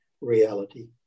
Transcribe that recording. reality